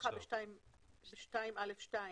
גם ב-2(א)(2)